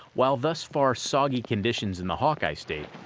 while thus far soggy conditions in the hawkeye state